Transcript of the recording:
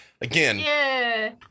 again